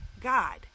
God